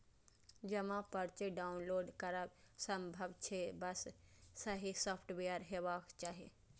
जमा पर्ची डॉउनलोड करब संभव छै, बस सही सॉफ्टवेयर हेबाक चाही